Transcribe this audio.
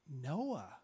Noah